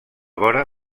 vora